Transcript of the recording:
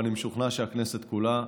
ואני משוכנע שהכנסת כולה.